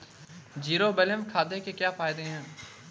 Zero balance खाते के क्या फायदे हैं?